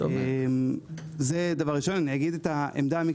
אני אגיד את העמדה המקצועית שלנו.